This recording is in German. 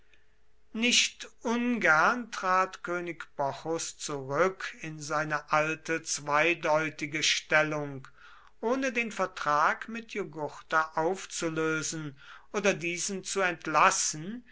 nicht ungern trat könig bocchus zurück in seine alte zweideutige stellung ohne den vertrag mit jugurtha aufzulösen oder diesen zu entlassen